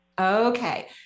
Okay